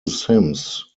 simms